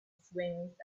swings